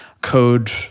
code